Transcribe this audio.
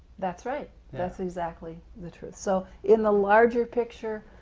that's right. that's exactly the truth. so in the larger picture,